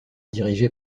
dirigée